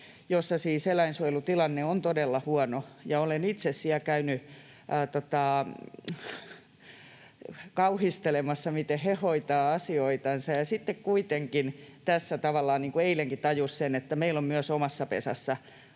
jossa eläinsuojelutilanne on siis todella huono, ja olen itse siellä käynyt kauhistelemassa, miten he hoitavat asioitansa. Sitten kuitenkin tässä tavallaan eilenkin tajusi sen, että meillä on myös omassa pesässä